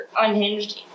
unhinged